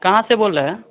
कहाँ से बोल रहे